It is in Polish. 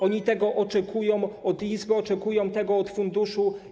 Oni tego oczekują od Izby, oczekują tego od funduszu.